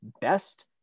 best